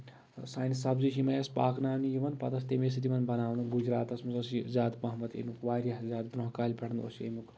سانہِ سَبزی چھِ یِمٕے ٲسۍ پاکناونہِ یِوان پَتہٕ ٲسۍ تِمہِ سۭتۍ یِمن بَناوان گُجراتس منٛز اوس یہِ زیادٕ پَہمتھ اَمیُک واریاہ زیادٕ برونٛہہ کالہِ پٮ۪ٹھ اوس اَمیُک